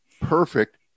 perfect